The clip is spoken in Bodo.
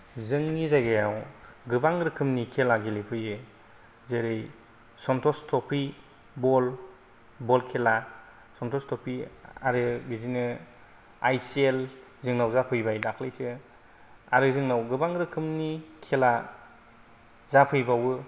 जोंनि जायगायाव गोबां रोखोमनि खेला गेलेफैयो जेरै सन्टष थ्रफि बल बल खेला सन्टष थ्रफि आरो बिदिनो आइ एस एल जोंनाव जाफैयबाय दाख्लैसो आरो जोंनाव गोबां रोखोमनि खेला जाफैबावो